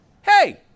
hey